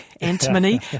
antimony